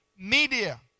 media